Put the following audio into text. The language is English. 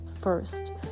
first